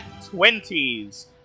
20s